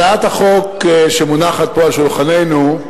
הצעת החוק שמונחת פה על שולחננו,